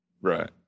Right